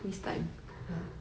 ya